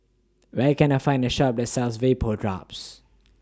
Where Can I Find A Shop that sells Vapodrops